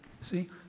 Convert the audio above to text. See